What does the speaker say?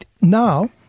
Now